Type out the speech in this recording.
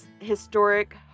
historic